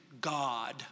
God